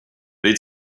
they